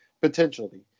potentially